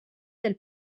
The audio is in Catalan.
del